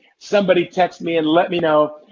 somebody text me and let me know.